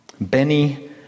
Benny